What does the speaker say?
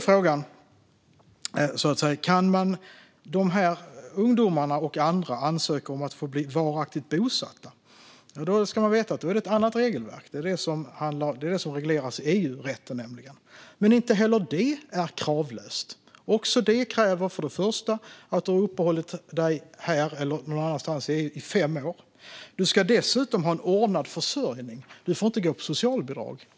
Frågan som ställdes var: Kan dessa ungdomar och andra ansöka om att få bli varaktigt bosatta? Då handlar det dock om ett annat regelverk. Det är nämligen något som regleras i EU-rätten. Inte heller det är kravlöst. Det kräver för det första att du har uppehållit dig här eller någon annanstans i EU under fem år. Du ska för det andra ha en ordnad försörjning. Du får exempelvis inte gå på socialbidrag.